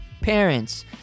parents